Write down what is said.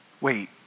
wait